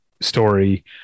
story